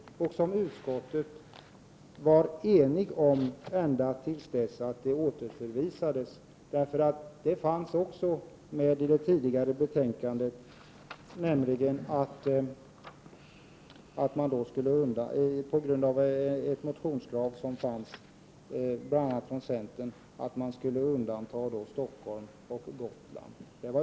Detta var utskottet enigt om ända till dess ärendet återförvisades. I det tidigare betänkandet ville man också — efter ett motionskrav från centern — undanta Stockholm och Gotland.